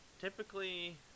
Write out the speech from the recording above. typically